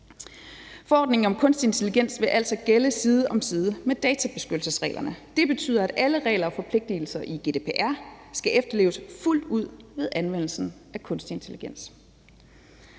Forordningen vil altså gælde side om side med databeskyttelsesreglerne. Det betyder, at alle regler og forpligtelser i GDPR skal efterleves fuldt ud ved anvendelsen af kunstig intelligens.